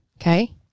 Okay